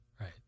Right